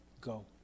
go